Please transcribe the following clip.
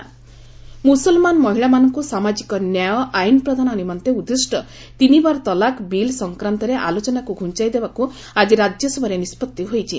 triple ତଲାକ୍ ମୁସଲମାନ ମହିଳାମାନଙ୍କୁ ସାମାଜିକ ନ୍ୟାୟ ଆଇନ୍ ପ୍ରଦାନ ନିମନ୍ତେ ଉଦ୍ଦିଷ୍ଟ ତିନିବାର ତଲାକ୍ ବିଲ୍ ସଂକ୍ରାନ୍ତରେ ଆଲୋଚନାକ୍ ଘ୍ରଞ୍ଚାଇ ଦେବାକ୍ ଆଜି ରାଜ୍ୟସଭାରେ ନିଷ୍ପତ୍ତି ହୋଇଛି